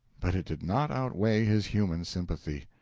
but it did not outweigh his human sympathy.